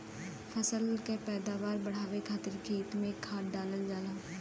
फसल के पैदावार बढ़ावे खातिर खेत में खाद डालल जाला